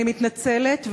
אני מתנצלת,